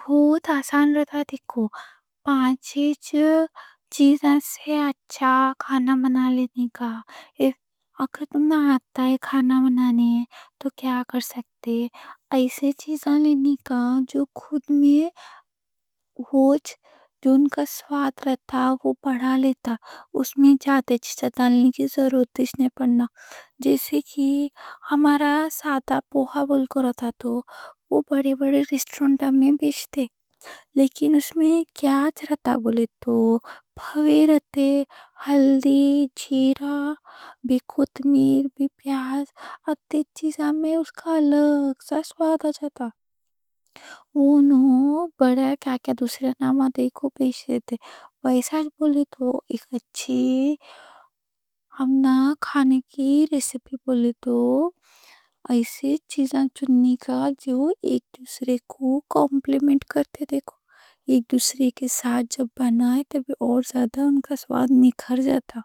بہت آسان رہتا دیکھو، پانچ چیزوں سے اچھا کھانا بنا لینے کا۔ اگر تم نہ آتا ہے کھانا بنانے تو کیا کر سکتے؟ ایسے چیزیں لینے کا جو خود میں ہی جن کا سواد رہتا، وہ بڑھا لیتا۔ اس میں زیادہ چیزیں لینے کی ضرورت نہیں پڑنا، جیسے کہ ہمارا سادہ پوہا بول کے رہتا۔ وہ بڑے بڑے ریسٹورنٹ میں بیچتے، لیکن اس میں کیا رہتا بولے تو پوہا، ہلدی، جیرا، نمک، مرچ، بھی پیاز۔ اتنے چیزوں میں اُس کا الگ سا سواد آ جاتا، انہوں بڑے کیا کیا دوسرے ناموں سے بیچتے تھے، وہ ایسا بولے تو ایک اچھی ہمنا کھانے کی ریسپی بولے تو ایسے چیزیں چننے کا جو ایک دوسرے کو کمپلیمنٹ کرتے۔ دیکھو، ایک دوسرے کے ساتھ جب بنائے تب اور زیادہ اُن کا سواد نکھر جاتا۔